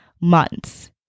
months